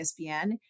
espn